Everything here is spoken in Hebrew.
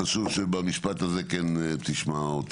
חשוב שבמשפט הזה כן תשמע אותי.